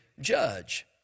judge